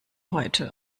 heute